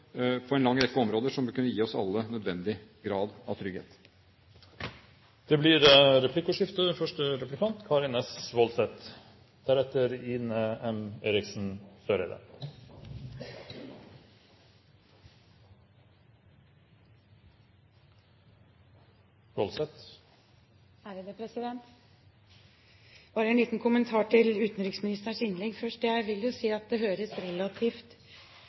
på personvernområdet på en lang rekke områder som vil kunne gi oss alle en nødvendig grad av trygghet. Det blir replikkordskifte. Bare en liten kommentar til utenriksministerens innlegg: Jeg vil si at det høres relativt